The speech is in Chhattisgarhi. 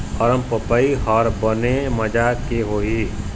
अरमपपई हर बने माजा के होही?